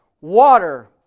water